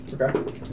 Okay